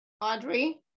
Audrey